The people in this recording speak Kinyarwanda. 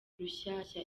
rushyashya